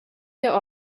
der